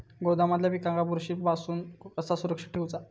गोदामातल्या पिकाक बुरशी पासून कसा सुरक्षित ठेऊचा?